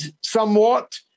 somewhat